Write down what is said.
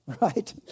right